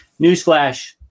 Newsflash